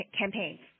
campaigns